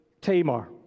Tamar